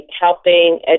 helping